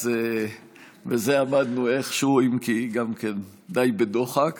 בזה עמדנו איכשהו, אם כי די בדוחק.